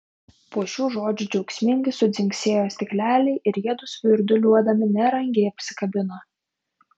po šių žodžių džiaugsmingai sudzingsėjo stikleliai ir jiedu svirduliuodami nerangiai apsikabino